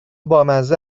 بامزه